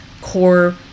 core